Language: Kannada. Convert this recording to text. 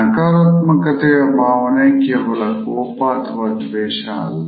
ನಕಾರಾತ್ಮಕತೆಯ ಭಾವನೆ ಕೇವಲ ಕೋಪ ಅಥವಾ ದ್ವೇಷ ಅಲ್ಲ